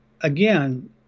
again